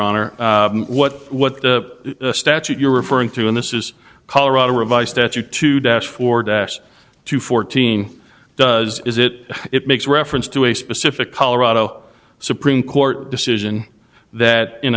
honor what what the statute you're referring to in this is colorado revised that you two dash for dash to fourteen does is it it makes reference to a specific colorado supreme court decision that in